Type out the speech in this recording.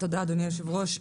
תודה אדוני היושב-ראש.